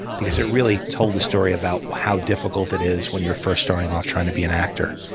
because it really told the story about how difficult it is when you're first starting off trying to be an actor.